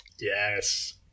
Yes